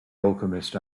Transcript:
alchemist